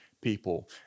people